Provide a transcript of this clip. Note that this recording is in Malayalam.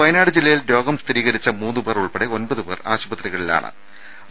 വയനാട് ജില്ലയിൽ രോഗം സ്ഥിരീകരിച്ച മൂന്ന് പേർ ഉൾപ്പെടെ ഒമ്പതു പേർ ആശുപത്രിയിലാണ് കഴിയുന്നത്